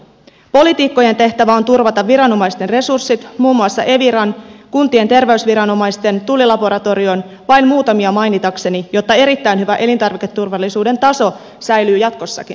poliitikkojen tehtävä on turvata viranomaisten resurssit muun muassa eviran kuntien terveysviranomaisten tullilaboratorion vain muutamia mainitakseni jotta erittäin hyvä elintarviketurvallisuuden taso säilyy jatkossakin suomessa